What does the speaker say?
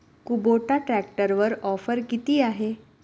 Kubota ट्रॅक्टरवर offer किती आहे?